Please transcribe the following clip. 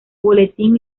boletín